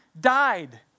died